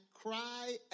cry